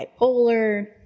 bipolar